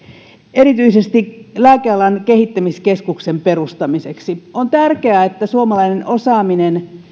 erityisesti lääkealan kehittämiskeskuksen perustamiseksi on tärkeää että suomalainen osaaminen